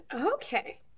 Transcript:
Okay